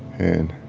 and